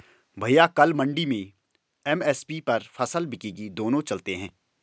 भैया कल मंडी में एम.एस.पी पर फसल बिकेगी दोनों चलते हैं